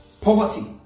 Poverty